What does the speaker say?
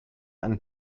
and